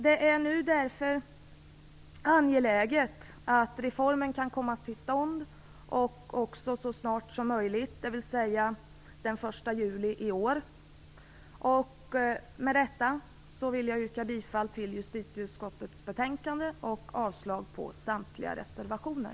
Det är nu angeläget att denna reform kan komma till stånd så snart som möjligt, d.v.s. den 1 juli i år. Med detta vill jag yrka bifall till hemställan i justitieutskottets betänkande och avslag på samtliga reservationer.